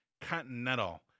Continental